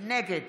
נגד